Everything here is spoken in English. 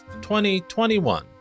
2021